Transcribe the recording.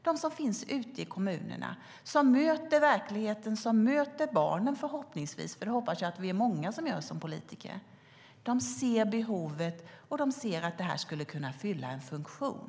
De som finns ute i kommunerna, som möter verkligheten och som förhoppningsvis möter barnen - jag hoppas att vi är många som gör det som politiker - ser behovet, och de ser att det här skulle kunna fylla en funktion.